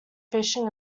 fishing